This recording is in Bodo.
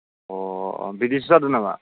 अ बिदिसो जादों नामा